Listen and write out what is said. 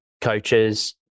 coaches